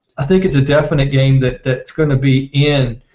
i think it's a definite game that that's going to be in